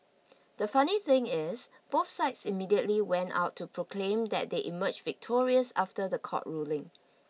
the funny thing is both sides immediately went out to proclaim that they emerged victorious after the court ruling